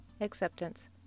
Acceptance